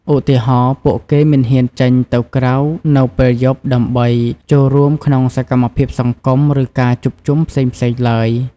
ឧទាហរណ៍ ពួកគេមិនហ៊ានចេញទៅក្រៅនៅពេលយប់ដើម្បីចូលរួមក្នុងសកម្មភាពសង្គម ឬការជួបជុំផ្សេងៗឡើយ។